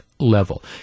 Level